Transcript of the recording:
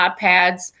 iPads